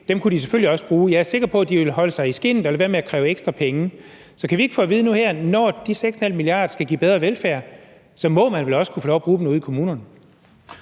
fik, kunne de selvfølgelig også bruge. Jeg er sikker på, at de vil holde sig i skindet og lade være med at kræve ekstra penge. Så kan vi ikke få at vide nu og her: Når de 6,5 mia. kr. skal give bedre velfærd, må man vel også kunne få lov at bruge dem ude i kommunerne?